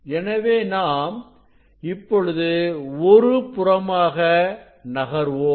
எனவே நாம் இப்பொழுது ஒருபுறமாக நகர்வோம்